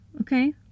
okay